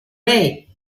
ray